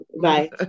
Bye